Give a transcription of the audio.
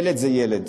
ילד זה ילד,